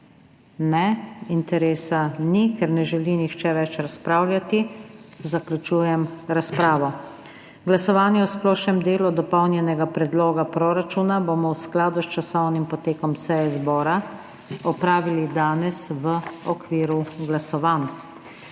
Ne, interesa ni. Ker ne želi nihče več razpravljati, zaključujem razpravo. Glasovanje o splošnem delu Dopolnjenega predloga proračuna bomo v skladu s časovnim potekom seje zbora opravili danes v okviru glasovanj.